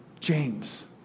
James